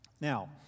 Now